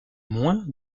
moins